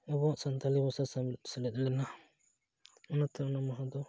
ᱟᱵᱚᱣᱟᱜ ᱥᱟᱱᱛᱟᱲᱤ ᱵᱷᱟᱥᱟ ᱥᱚᱝ ᱥᱮᱞᱮᱫ ᱞᱮᱱᱟ ᱚᱱᱟᱛᱮ ᱚᱱᱟ ᱢᱟᱦᱟ ᱫᱚ